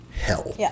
hell